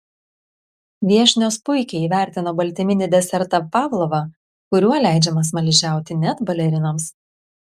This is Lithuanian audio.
viešnios puikiai įvertino baltyminį desertą pavlovą kuriuo leidžiama smaližiauti net balerinoms